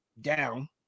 down